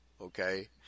okay